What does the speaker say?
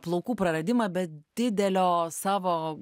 plaukų praradimą be didelio savo